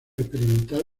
experimental